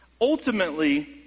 Ultimately